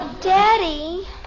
Daddy